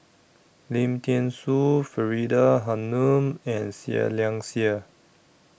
Lim Thean Soo Faridah Hanum and Seah Liang Seah